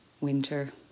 winter